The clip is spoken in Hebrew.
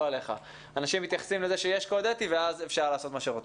לא עליך מתייחסים לזה שיש קוד אתי ואז אפשר לעשות מה שרוצים.